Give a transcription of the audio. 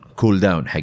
cooldown